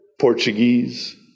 Portuguese